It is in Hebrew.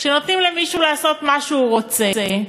כשנותנים למישהו לעשות מה שהוא רוצה,